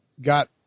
got